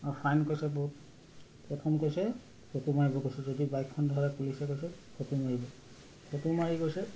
আৰু ফাইন কৈছে বহুত প্ৰথম কৈছে ফটো মাৰিব কৈছে যদি বাইকখন ধৰে পুলিচে কৈছে ফটো মাৰিব ফটো মাৰি কৈছে